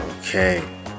Okay